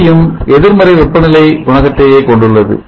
சக்தியும் எதிர்மறை வெப்பநிலை குணகத்தையே கொண்டுள்ளது